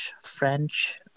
French